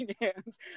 hands